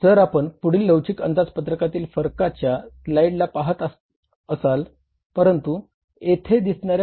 जर आपण पुढील लवचिक अंदाजपत्रकातील फरकाच्या हे ही पाहूया